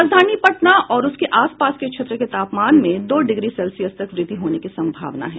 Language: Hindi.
राजधानी पटना और उसके आसपास के क्षेत्र के तापमान में दो डिग्री सेल्सियस तक वृद्धि होने की संभावना है